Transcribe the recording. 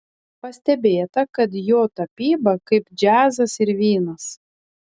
pastebėta kad jo tapyba kaip džiazas ir vynas